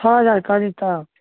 छओ हजार कहली तऽ